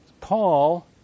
Paul